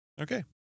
Okay